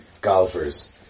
golfers